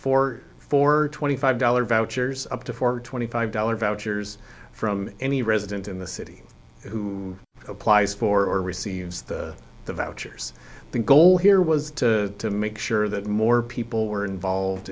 four for twenty five dollars vouchers up to four twenty five dollars vouchers from any resident in the city who applies for receives the the vouchers the goal here was to make sure that more people were involved